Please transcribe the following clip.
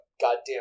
goddamn